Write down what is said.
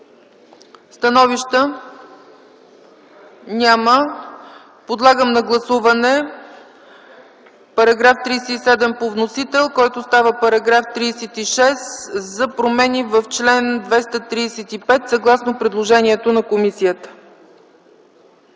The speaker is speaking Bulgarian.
Становища? Няма. Подлагам на гласуване § 37 по вносител, който става § 36, за промени в чл. 235 съгласно предложението на комисията.